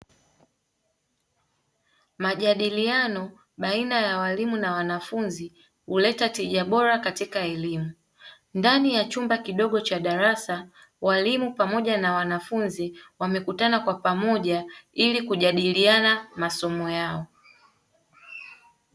Majadiliano baina ya waalimu na wanafunzi huleta tija bora katika elimu. Ndani ya chumba kidogo cha darasa waalimu pamoja na wanafunzi wamekutana kwa pamoja ili kujadiliana masomo yao.